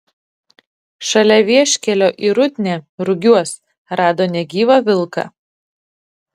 šalia vieškelio į rudnią rugiuos rado negyvą vilką